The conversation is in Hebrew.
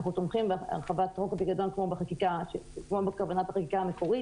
אנחנו תומכים בהרחבת חוק הפיקדון כמו בכוונת החקיקה המקורית